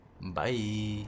Bye